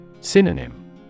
Synonym